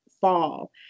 fall